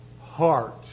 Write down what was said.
heart